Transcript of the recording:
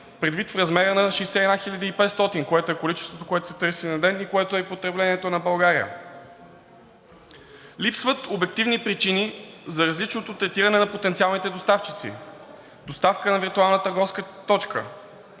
предвид размера на 61 хил. и 500 мегаватчаса, което е количеството, което се търси на ден, и което е потреблението на България. Липсват обективни причини за различното третиране на потенциалните доставчици, доставка на виртуална търговска точка